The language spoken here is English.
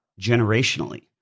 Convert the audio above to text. generationally